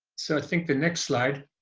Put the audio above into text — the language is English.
so i think the next slide,